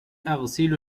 أغسل